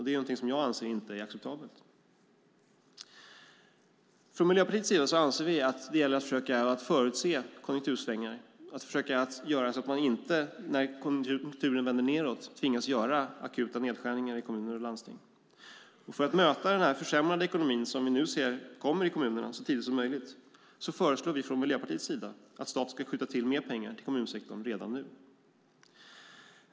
Det är någonting som jag inte anser vara acceptabelt. Från Miljöpartiets sida anser vi att det gäller att försöka förutse konjunktursvängningar och försöka göra så att man inte när konjunkturen vänder nedåt tvingas göra akuta nedskärningar i kommuner och landsting. För att så tidigt som möjligt möta den försämrade ekonomi som vi nu ser komma i kommunerna föreslår vi från Miljöpartiets sida att staten ska skjuta till mer pengar till kommunsektorn redan nu.